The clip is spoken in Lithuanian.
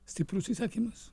stiprus įsakymas